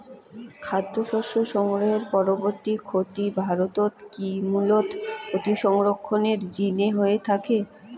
খাদ্যশস্য সংগ্রহের পরবর্তী ক্ষতি ভারতত কি মূলতঃ অতিসংরক্ষণের জিনে হয়ে থাকে?